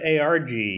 ARG